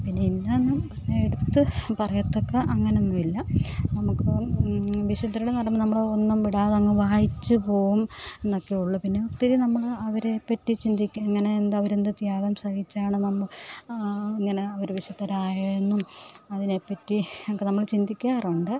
പിന്നെ ഇന്നന്നും എടുത്ത് പറയത്തക്ക അങ്ങനൊന്നുമില്ല നമുക്കിപ്പം വിശുദ്ധരുടെ എന്നു പറയുമ്പം നമ്മൾ ഒന്നും വിടാതങ്ങ് വായിച്ചു പോകും എന്നൊക്കെ ഉള്ളൂ പിന്നെ ഒത്തിരി നമ്മൾ അവരേപ്പറ്റി ചിന്തിക്ക് ഇങ്ങനെ എന്ത് അവരെന്തു ത്യാഗം സഹിച്ചാണ് നമ്മൾ ഇങ്ങനെ അവർ വിശുദ്ധരായെന്നും അതിനേപ്പറ്റി നമുക്ക് നമ്മൾ ചിന്തിക്കാറുണ്ട്